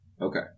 Okay